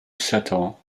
satan